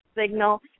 signal